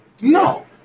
No